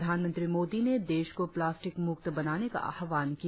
प्रधानमंत्री मोदी ने देश को प्लास्टिक मुक्त बनाने का आह्वान किया